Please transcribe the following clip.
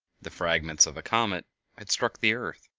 the fragments of a comet had struck the earth.